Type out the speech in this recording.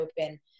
open